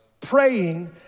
praying